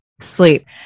sleep